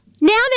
now